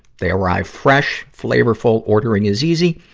they arrive fresh, flavorful. ordering is easy.